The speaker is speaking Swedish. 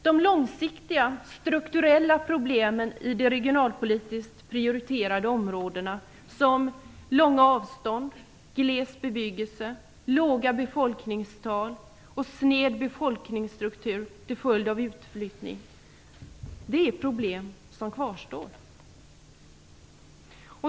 De långsiktiga, strukturella problemen i de regionalpolitiskt prioriterade områdena, som långa avstånd, gles bebyggelse, låga befolkningstal och sned befolkningsstruktur till följd av utflyttning, är problem som kvarstår.